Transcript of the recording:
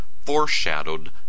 foreshadowed